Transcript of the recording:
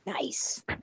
Nice